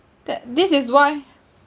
that this is why